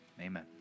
amen